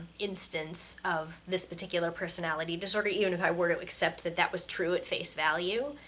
instance of this particular personality disorder, even if i were to accept that that was true at face value,